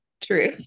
true